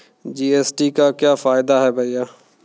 GST का क्या फायदा है भैया?